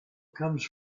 comes